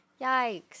Yikes